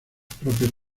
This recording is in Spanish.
propios